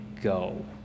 go